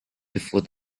before